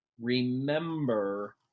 Remember